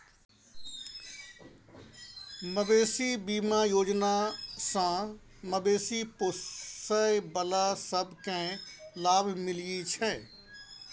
मबेशी बीमा योजना सँ मबेशी पोसय बला सब केँ लाभ मिलइ छै